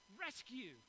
rescue